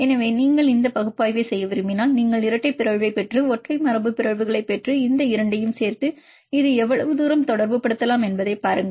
எனவே நீங்கள் இந்த பகுப்பாய்வைச் செய்ய விரும்பினால் நீங்கள் இரட்டை பிறழ்வைப் பெற்று ஒற்றை மரபுபிறழ்வுகளைப் பெற்று இந்த இரண்டையும் சேர்த்து இது எவ்வளவு தூரம் தொடர்புபடுத்தலாம் என்பதைப் பாருங்கள்